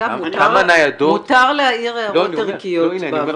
כמה ניידות --- מותר להעיר הערות ערכיות בוועדה הזו.